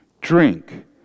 drink